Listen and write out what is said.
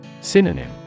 Synonym